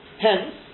Hence